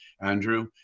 Andrew